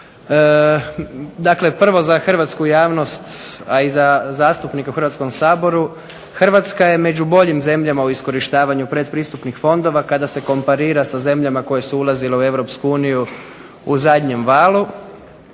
dakle prvo za hrvatsku javnost, a i za zastupnike u Hrvatskom saboru Hrvatska je među boljim zemljama u iskorištavanju pretpristupnih fondova kada se komparira sa zemljama koje su ulazile u EU u zadnjem valu.